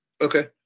okay